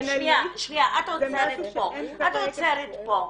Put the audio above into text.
שניה, את עוצרת פה.